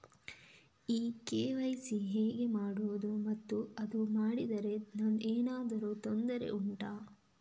ಈ ಕೆ.ವೈ.ಸಿ ಹೇಗೆ ಮಾಡುವುದು ಮತ್ತು ಅದು ಮಾಡದಿದ್ದರೆ ಏನಾದರೂ ತೊಂದರೆ ಉಂಟಾ